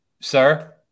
Sir